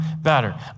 better